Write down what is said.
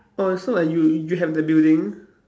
oh so like you you have the building